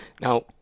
Now